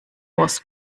was